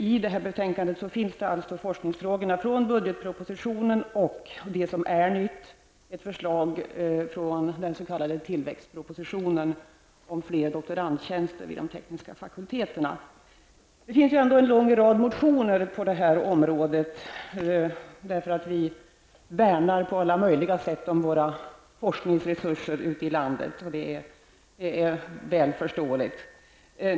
I betänkandet finns alltså forskningsfrågorna från budgetpropositionen och det som är nytt, ett förslag från den s.k. Det finns ändå en lång rad motioner på det här området, därför att vi värnar på alla möjliga sätt om våra forskningsresurser ute i landet, och det är väl förståeligt.